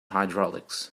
hydraulics